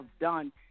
done